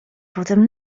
potem